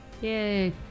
Yay